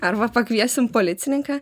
arba pakviesim policininką